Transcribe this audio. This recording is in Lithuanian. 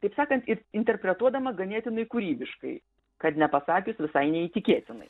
taip sakant interpretuodama ganėtinai kūrybiškai kad nepasakius visai neįtikėtinai